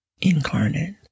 incarnate